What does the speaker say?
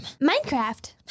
Minecraft